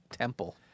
temple